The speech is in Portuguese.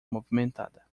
movimentada